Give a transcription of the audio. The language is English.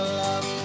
love